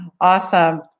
awesome